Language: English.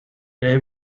they